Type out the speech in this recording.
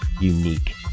unique